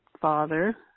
father